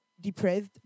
depressed